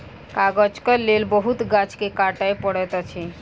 कागजक लेल बहुत गाछ के काटअ पड़ैत अछि